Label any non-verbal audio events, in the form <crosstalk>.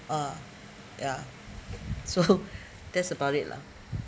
ah ya so <laughs> that's about it lah